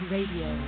Radio